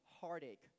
heartache